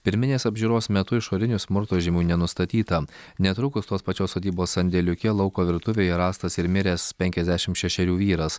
pirminės apžiūros metu išoriinių smurto žymių nenustatyta netrukus tos pačios sodybos sandėliuke lauko virtuvėje rastas ir miręs penkiasdešimt šešerių vyras